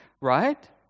right